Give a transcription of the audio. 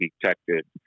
detected